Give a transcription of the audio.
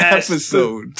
episode